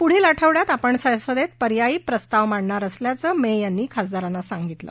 पुढील आठवङ्यात आपण संसदेत पर्यायी प्रस्ताव मांडणार असल्याचं मे यांनी खासदारांना सांगितलं